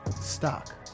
stock